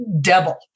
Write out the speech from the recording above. devil